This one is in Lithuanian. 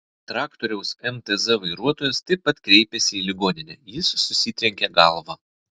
traktoriaus mtz vairuotojas taip pat kreipėsi į ligoninę jis susitrenkė galvą